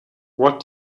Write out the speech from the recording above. what